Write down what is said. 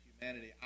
humanity